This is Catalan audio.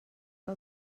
que